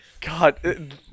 God